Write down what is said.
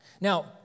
Now